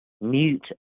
mute